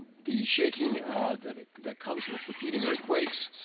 the shaking that that comes with repeating earthquakes,